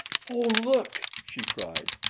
oh, look! she cried.